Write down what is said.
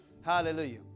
Hallelujah